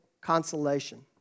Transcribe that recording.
consolation